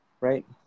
right